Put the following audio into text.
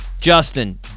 Justin